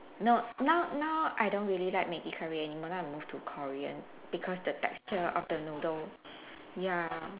no now now I don't really like Maggi curry anymore now I move to Korean because the texture of the noodle ya